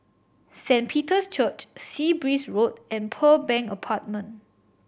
Saint Peter's Church Sea Breeze Road and Pearl Bank Apartment